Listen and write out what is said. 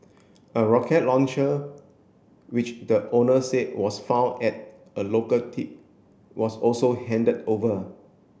a rocket launcher which the owner said was found at a local tip was also handed over